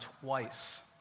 twice